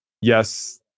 yes